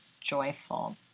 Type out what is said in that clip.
joyful